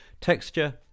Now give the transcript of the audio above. texture